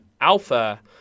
Alpha